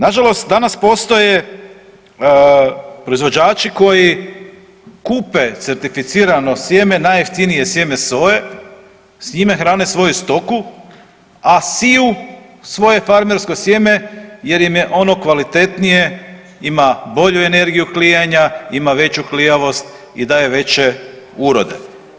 Nažalost, danas postoje proizvođači koji kupe certificirano sjeme, najjeftinije sjeme soje, s njime hrane svoju stoku, a siju svoje farmersko sjeme jer im je ono kvalitetnije, ima bolju energiju klijanja, ima veću klijavost i daje veće urode.